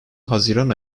haziran